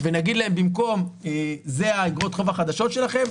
ונגיד להם במקום: זה איגרות החוב החדשות שלכם,